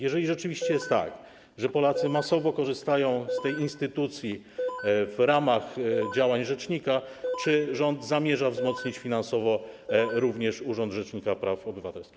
Jeżeli rzeczywiście jest tak, że Polacy masowo korzystają z tej instytucji w ramach działań rzecznika, to czy rząd zamierza wzmocnić finansowo również urząd rzecznika praw obywatelskich?